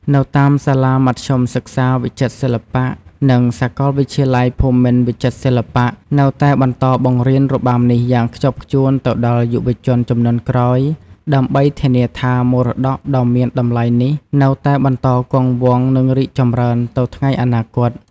នៅតាមសាលាមធ្យមសិក្សាវិចិត្រសិល្បៈ និងសាកលវិទ្យាល័យភូមិន្ទវិចិត្រសិល្បៈ នៅតែបន្តបង្រៀនរបាំនេះយ៉ាងខ្ជាប់ខ្ជួនទៅដល់យុវជនជំនាន់ក្រោយ ដើម្បីធានាថា មរតកដ៏មានតម្លៃនេះនៅតែបន្តគង់វង្ស និងរីកចម្រើនទៅថ្ងៃអនាគត។